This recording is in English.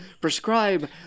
prescribe